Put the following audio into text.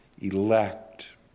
elect